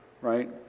right